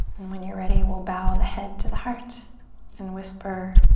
and when you're ready we'll bow the head to the heart and whisper,